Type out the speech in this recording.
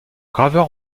graveur